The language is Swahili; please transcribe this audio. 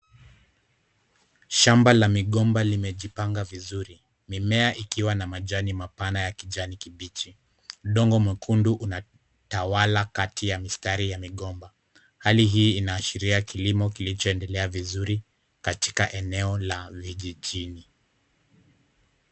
Shamba la migomba limejipanga vizuri. Mimea ikiwa na majani mapana ya kijani kibichi. Udongo mwekundu unatawala kati ya mistari ya migomba. Hali hii inaashiria kilimo kilichoendelea vizuri katika eneo la vijijini.